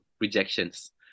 rejections